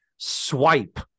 swipe